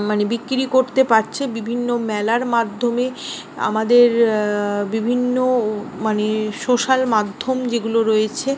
মানে বিক্রি করতে পারছে বিভিন্ন মেলার মাধ্যমে আমাদের বিভিন্ন মানে সোশ্যাল মাধ্যম যেগুলো রয়েছে